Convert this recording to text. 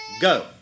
Go